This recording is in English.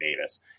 Davis